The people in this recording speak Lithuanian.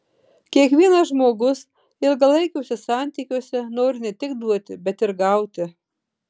kiekvienas žmogus ilgalaikiuose santykiuose nori ne tik duoti bet ir gauti